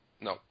No